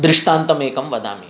दृष्टान्तमेकं वदामि